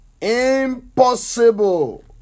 impossible